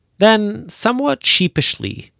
then, somewhat sheepishly,